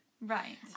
Right